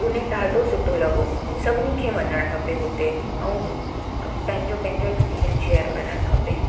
पुणे ॾाढो सुठो लॻो सभिनी खे वञण खपे हुते ऐं पंहिंजो पंहिंजो एक्सपीरियंस शेयर करणु खपे